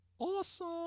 Awesome